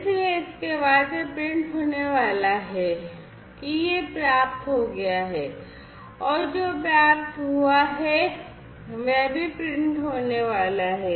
इसलिए इसके बाद यह प्रिंट होने वाला है कि यह प्राप्त हो गया है और जो प्राप्त हुआ है वह भी प्रिंट होने वाला है